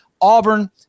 Auburn